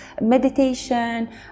meditation